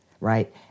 right